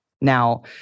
Now